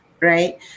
right